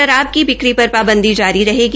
शराब की बिकी पर पाबंदी जारी रहेगी